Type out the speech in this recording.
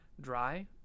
dry